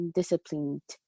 disciplined